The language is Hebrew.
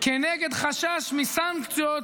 כנגד חשש מסנקציות